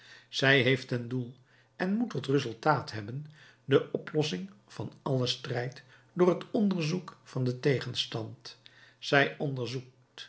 zij heeft ten doel en moet tot resultaat hebben de oplossing van allen strijd door het onderzoek van den tegenstand zij onderzoekt